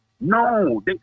No